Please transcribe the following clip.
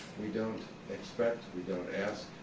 we don't expect, we don't ask,